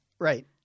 Right